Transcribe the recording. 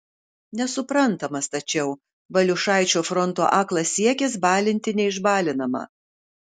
nesuprantamas tačiau valiušaičio fronto aklas siekis balinti neišbalinamą